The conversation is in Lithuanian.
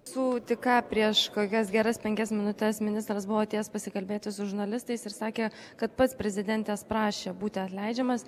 su ką prieš kokias geras penkias minutes ministras buvo atėjęs pasikalbėti su žurnalistais ir sakė kad pats prezidentės prašė būti atleidžiamas